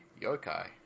yokai